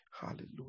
Hallelujah